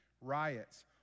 riots